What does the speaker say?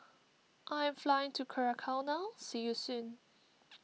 I am flying to Curacao now see you soon